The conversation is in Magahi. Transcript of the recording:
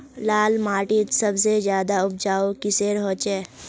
लाल माटित सबसे ज्यादा उपजाऊ किसेर होचए?